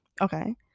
Okay